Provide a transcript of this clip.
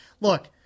Look